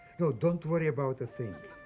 no, don't worry about a thing.